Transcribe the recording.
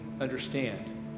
understand